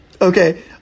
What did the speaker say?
Okay